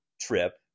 trip